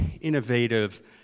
innovative